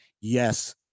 yes